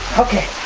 okay.